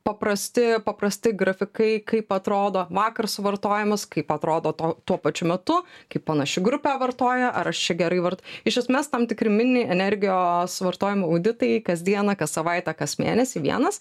paprasti paprasti grafikai kaip atrodo vakar suvartojimas kaip atrodo to tuo pačiu metu kai panaši grupė vartoja ar aš čia gerai vart iš esmės tam tikri mini energijos vartojimo auditai kasdieną kas savaitę kas mėnesį vienas